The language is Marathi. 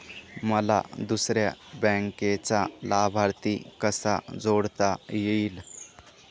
मला दुसऱ्या बँकेचा लाभार्थी कसा जोडता येईल?